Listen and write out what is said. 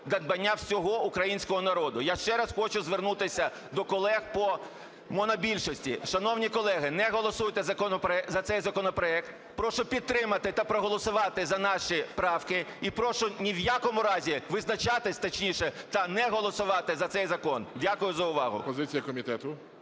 Дякую за увагу.